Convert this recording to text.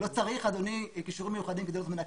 לא צריך כישורים מיוחדים כדי להיות מנקה,